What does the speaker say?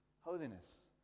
Holiness